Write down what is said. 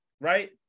right